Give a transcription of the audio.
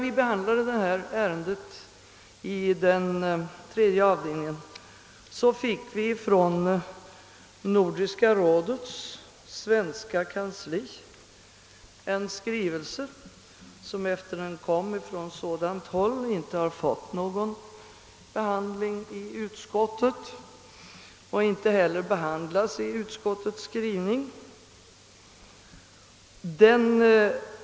Vid behandlingen av detta ärende inom tredje avdelningen av statsutskottet fick vi från Nordiska rådets svenska kansli en skrivelse som, eftersom den kom från det hållet, inte diskuterats i utskottet och inte heller berörs i utskottets skrivning.